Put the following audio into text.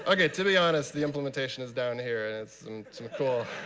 ok to be honest, the implementation is down here, and it's some cool